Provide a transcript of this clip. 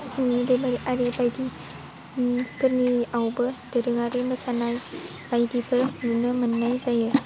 दैमारि आरि बाइदिफोरनियावबो दोरोङारि मोसानाय बायदिबो नुनो मोन्नाय जायो